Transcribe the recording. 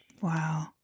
wow